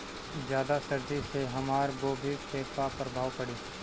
ज्यादा सर्दी से हमार गोभी पे का प्रभाव पड़ी?